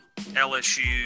LSU